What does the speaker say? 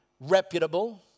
reputable